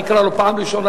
אני אקרא לו פעם ראשונה,